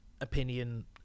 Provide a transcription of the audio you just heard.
opinion